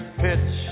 pitch